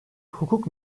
hukuk